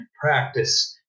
practice